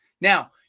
Now